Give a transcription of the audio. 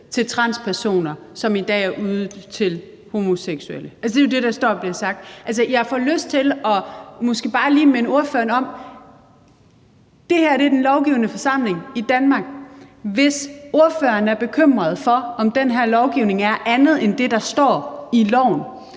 til transpersoner, som i dag er ydet til homoseksuelle. Det er jo det, man står og siger. Jeg får lyst til måske bare lige at minde ordføreren om, at det her er den lovgivende forsamling i Danmark. Hvis ordføreren er bekymret for, om den her lovgivning er andet end det, der står i loven,